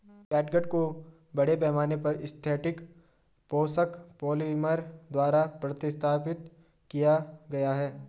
catgut को बड़े पैमाने पर सिंथेटिक शोषक पॉलिमर द्वारा प्रतिस्थापित किया गया है